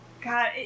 God